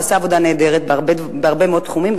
והוא עשה עבודה נהדרת בהרבה מאוד תחומים,